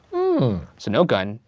hmm. so no gun,